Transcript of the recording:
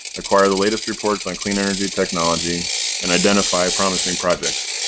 acquire the latest reports on clean energy technology and identify promising projects.